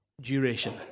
duration